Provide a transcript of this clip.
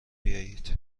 بیایید